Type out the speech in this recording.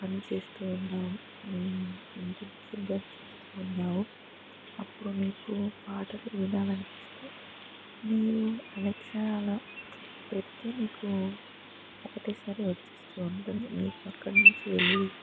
పని చేస్తూ ఉన్నావు మీ ఇంటినుంచి జాబ్ చేస్తూ ఉన్నావు అప్పుడు నీకు పాటలు వినాలనిపిస్తే మీ అలెక్సా అలా పెడితే నీకు ఒకటేసారి వచ్చిస్తూ ఉంటుంది నీకు అక్కడి నుంచి వెళ్ళి